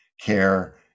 care